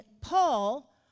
Paul